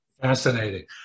Fascinating